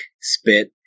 spit